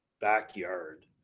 backyard